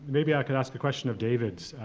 maybe i could ask a question of david's,